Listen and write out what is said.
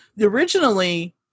Originally